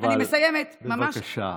אבל בבקשה,